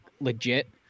legit